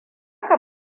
ka